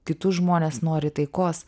kitus žmones nori taikos